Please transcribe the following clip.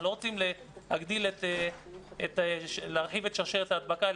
אנחנו לא רוצים להרחיב את שרשרת ההדבקה,